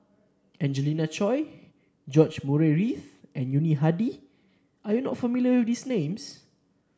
Angelina Choy George Murray Reith and Yuni Hadi are you not familiar with these names